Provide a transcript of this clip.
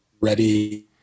ready